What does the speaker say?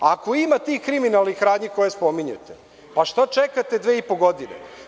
Ako ima tih kriminalnih radnji koje spominjete, pa šta čekate dve i po godine?